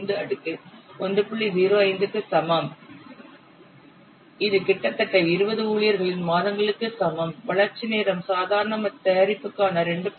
05 க்கு சமம் இது கிட்டத்தட்ட 20 ஊழியர்களின் மாதங்களுக்கு சமம் வளர்ச்சி நேரம் சாதாரண தயாரிப்புக்கான 2